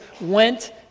went